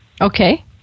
Okay